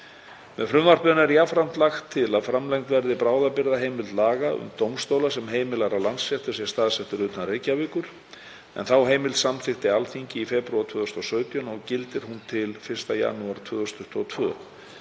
Með frumvarpinu er jafnframt lagt til að framlengd verði bráðabirgðaheimild laga um dómstóla sem heimilar að Landsréttur sé staðsettur utan Reykjavíkur en þá heimild samþykkti Alþingi í febrúar 2017 og gildir hún til 1. janúar 2022.